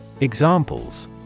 Examples